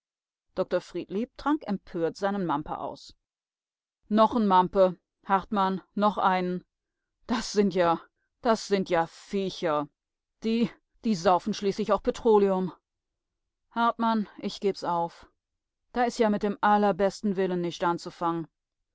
dr friedlieb trank empört seinen mampe aus noch n mampe hartmann noch einen das sind ja das sind ja viecher die die saufen schließlich auch petroleum hartmann ich geb's auf da is ja mit dem allerbesten willen nischt anzufangen